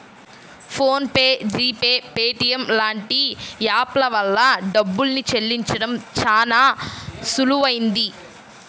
phone pay, G Pay, Paytm లాంటి app ల వల్ల డబ్బుల్ని చెల్లించడం చానా సులువయ్యింది